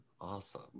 awesome